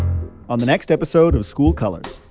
on the next episode of school colors.